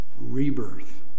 rebirth